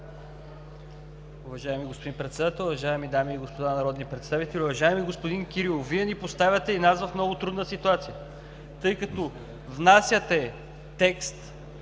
Уважаеми господин Председател, уважаеми дами и господа народни представители! Уважаеми господин Кирилов, Вие ни поставяте и нас в много трудна ситуация, тъй като внасяте текст,